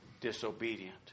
disobedient